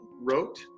wrote